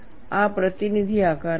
આ પ્રતિનિધિ આકારો છે